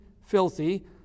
filthy